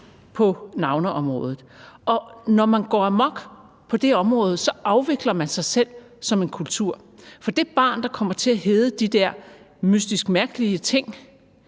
på navneområdet, og når man går amok på det område, afvikler man sig selv som en kultur. For det barn, der kommer til at hedde de der mystisk-mærkelige ting,